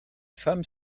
femme